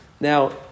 Now